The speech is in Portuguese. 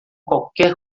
qualquer